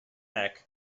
neck